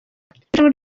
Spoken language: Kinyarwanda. irushanwa